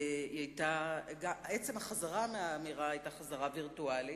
עצם החזרה מהאמירה היתה חזרה וירטואלית,